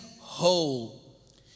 whole